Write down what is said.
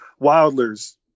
Wildler's